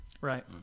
Right